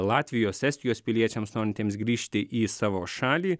latvijos estijos piliečiams norintiems grįžti į savo šalį